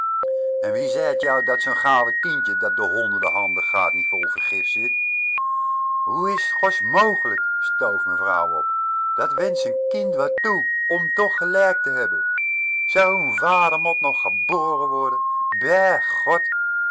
en wie zeit jou dat zoo'n gouw tientje dat door honderden handen gaat niet vol vergif zit hoe is t gosmogelijk stoof mevrouw op dat wenscht z'n kind wat toe om toch gelijk te hebben z'n vader mot nog geboren worden bij god